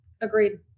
Agreed